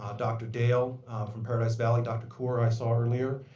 um dr. dale from paradise valley, dr. coor i saw earlier,